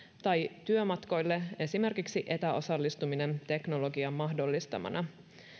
tai esimerkiksi työmatkoille etäosallistuminen teknologian mahdollistamana